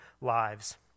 lives